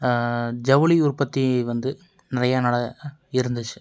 ஜவுளி உற்பத்தி வந்து நிறையா நட இருந்துச்சு